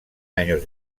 años